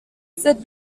cette